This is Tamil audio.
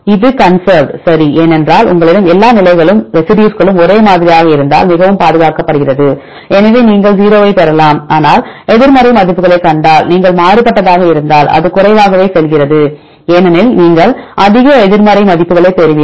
இது கன்சர்வ்டு சரி ஏனென்றால் உங்களிடம் எல்லா நிலைகளும் ரெசிடியூஸ்ம் ஒரே மாதிரியாக இருந்தால் மிகவும் பாதுகாக்கப்படுகிறது எனவே நீங்கள் 0 ஐப் பெறலாம் ஆனால் எதிர்மறை மதிப்புகளைக் கண்டால் இது மிகவும் மாறுபட்டதாக இருந்தால் அது குறைவாகவே செல்கிறது ஏனெனில் நீங்கள் அதிக எதிர்மறை மதிப்புகளைப் பெறுவீர்கள்